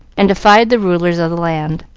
and defied the rulers of the land.